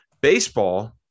baseball